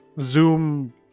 zoom